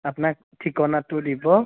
আপোনাক ঠিকনাটো দিব